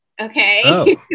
okay